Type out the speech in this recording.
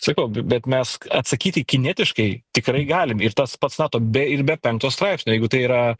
sakau b bet mes atsakyti kinetiškai tikrai galim ir tas pats nato be ir be penkto straipsnio jeigu tai yra